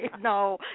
No